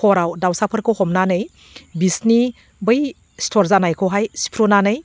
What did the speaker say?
हराव दाउसाफोरखौ हमनानै बिसिनि बै सिथर जानायखौहाय सिफ्रुनानै